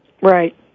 right